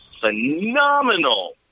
phenomenal